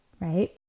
right